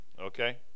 okay